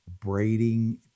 braiding